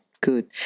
good